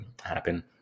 happen